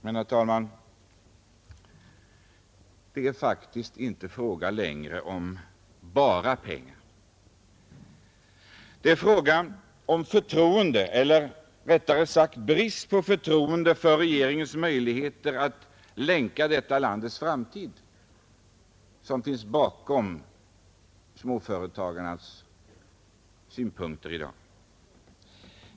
Men, herr talman, det är faktiskt inte längre fråga om bara pengar, utan sett ur småföretagarnas synpunkt är det i dag fråga om förtroende — eller rättare sagt brist på förtroende — för regeringens möjligheter att länka samman detta lands framtid.